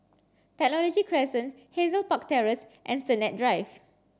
Technology Crescent Hazel Park Terrace and Sennett Drive